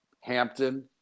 Hampton